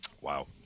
Wow